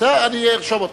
אני ארשום אותך.